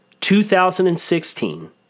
2016